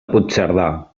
puigcerdà